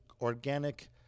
organic